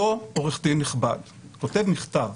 אותו עורך דין נכבד כותב מכתב